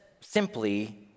simply